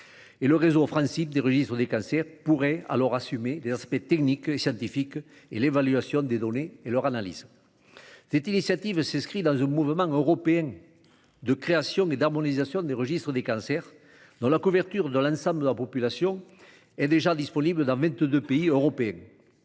le réseau Francim des registres des cancers pourrait assurer les aspects techniques et scientifiques, l'évaluation des données et leur analyse. Cette initiative s'inscrit dans un mouvement européen de création et d'harmonisation des registres des cancers, la couverture de l'ensemble de la population étant déjà disponible dans 22 pays européens